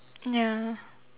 ya